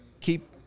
keep